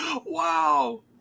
Wow